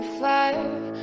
fire